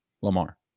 Lamar